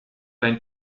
dein